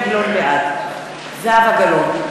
בעד זהבה גלאון,